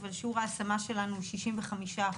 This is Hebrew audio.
אבל שיעור ההשמה שלנו הוא 65%,